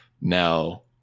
now